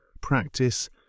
practice